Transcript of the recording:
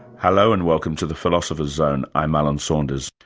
hello, and welcome to the philosopher's zone, i'm alan saunders.